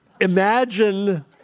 Imagine